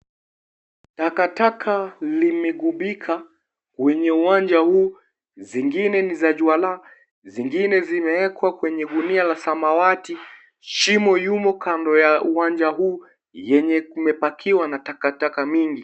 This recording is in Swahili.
Takataka limegubika kwenye uwanja huu, zingine ni za jualaa , zingine zimewekwa kwenye gunia la samawati. Shimo yumo kando ya uwanja huu yenye kumepakiwa na takataka mingi.